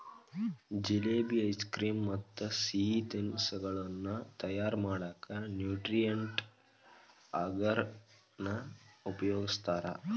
jalebi, ice cream ಮತ್ತ್ ಸಿಹಿ ತಿನಿಸಗಳನ್ನ ತಯಾರ್ ಮಾಡಕ್ ನ್ಯೂಟ್ರಿಯೆಂಟ್ ಅಗರ್ ನ ಉಪಯೋಗಸ್ತಾರ